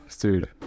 dude